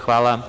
Hvala.